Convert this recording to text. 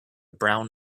brown